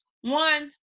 one